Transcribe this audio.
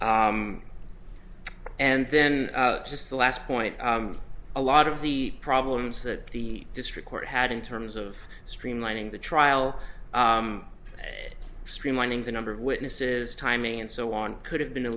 s and then just the last point a lot of the problems that the district court had in terms of streamlining the trial streamlining the number of witnesses timing and so on could have been a